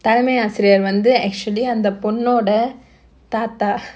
தலைமை ஆசிரியர் வந்து:thalaimai aasiriyar vandhu actually அந்த பொண்ணோட தாத்தா:andha ponnoda thaatha